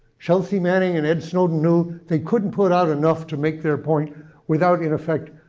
chelsea manning and ed snowden knew they couldn't put out enough to make their point without, in effect,